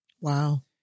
Wow